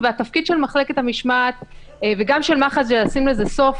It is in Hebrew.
והתפקיד של מחלקת המשמעת וגם של מח"ש זה לשים לזה סוף,